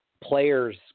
Players